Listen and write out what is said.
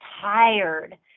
tired